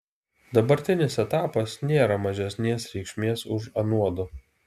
dabartinis etapas nėra mažesnės reikšmės už anuodu